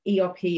ERP